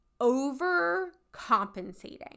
overcompensating